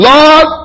Lord